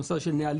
הנושא של נהלים,